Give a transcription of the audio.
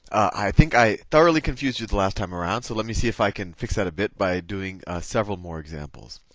i think i thoroughly confused you the last time around, so let me see if i can fix that a bit by doing several more examples.